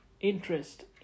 interest